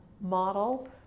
model